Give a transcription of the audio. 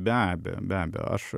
be abejo be abejo aš